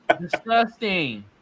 disgusting